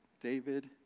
David